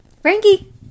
Frankie